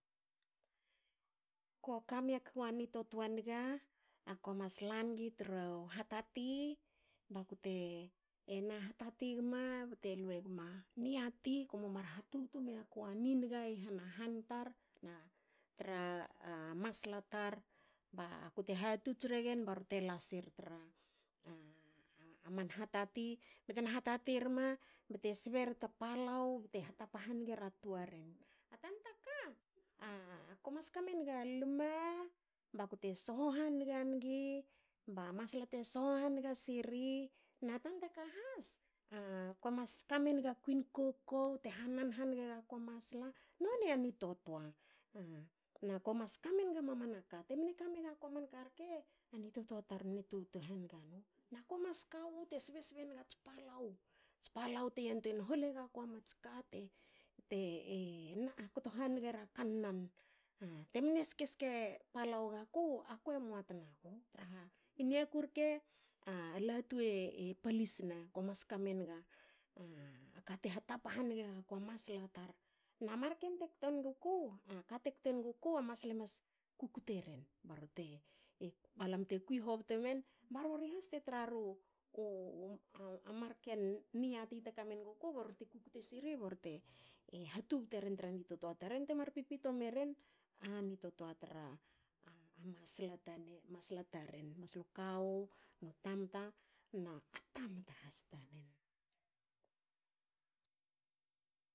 Ko kamiaku a nitua a niga. ako mas la ngi tru hatati bakut ena hatati gma bte lue gma niati komo mar hatubtu miaku a niniga i hanahan tar na tra masla tar bakute hatots regen barte lasiri tra aman hatati bte na hatati rma bte sberi ta palau bte na tapa hange ra tuaren. A tanta ka. a komas ka menga luma bakute sho hanga ngi. ba masla te sho hanga siri, na tanta ka has. a kue mas ka menga a kuin kokou te hanan hange gaku a masla, noni a nitotoa. Na ko mas ka menga mamana ka, te mne ka megaku aman ka rke, a nitotoa tar mne tubtu hange nu. Na ku mas kawu te sbe sbeng ats palou, ats palau te yantuein holegaku a mats ka te e kto hanigera kannan. Te mne ske ske palau gaku. akue mua tna gu traha i niaku rke a latu e palisne. Ko mas kamenga a ka te hatapa hange gaku, a masla tar. Na marken te kte nguku, ka te kte nguku. a masla e mas kukte ren, ba rori te, balam te kui hobtemen ba rori has te tra ru a marken niati te kamenguku ba rori te kukte siri ba rori te hatubte ren tra nitotoa taren temar pipito eren a nitotoa tra masla. taren. masla, taren. maslu kawu nu tamta na tamta has tanen.